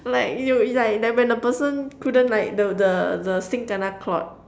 like you like when the person couldn't like the the the sink kena clog